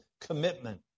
commitment